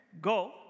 go